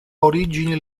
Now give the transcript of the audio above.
origine